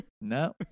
No